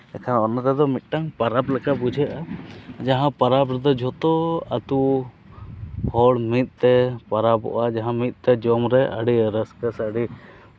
ᱮᱱᱠᱷᱟᱱ ᱚᱱᱟᱛᱮᱫᱚ ᱢᱤᱫᱴᱟᱝ ᱯᱚᱨᱚᱵᱽ ᱞᱮᱠᱟ ᱵᱩᱡᱷᱟᱹᱜᱼᱟ ᱡᱟᱦᱟᱸ ᱯᱚᱨᱚᱵᱽ ᱨᱮᱫᱚ ᱡᱷᱚᱛᱚ ᱟᱹᱛᱩ ᱦᱚᱲ ᱢᱤᱫ ᱛᱮ ᱯᱚᱨᱚᱵᱚᱜᱼᱟ ᱡᱟᱦᱟᱸ ᱢᱤᱫ ᱛᱮ ᱡᱚᱢ ᱨᱮ ᱟᱹᱰᱤ ᱨᱟᱹᱥᱠᱟᱹ ᱥᱮ ᱟᱹᱰᱤ